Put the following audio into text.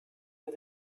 did